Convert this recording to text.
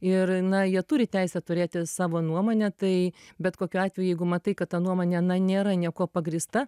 ir na jie turi teisę turėti savo nuomonę tai bet kokiu atveju jeigu matai kad ta nuomonė na nėra niekuo pagrįsta